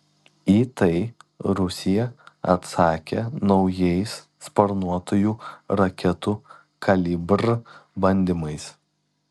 į tai rusija atsakė naujais sparnuotųjų raketų kalibr bandymais